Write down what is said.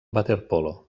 waterpolo